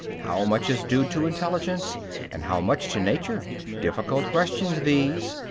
how much is due to intelligence and how much to nature difficult questions, these,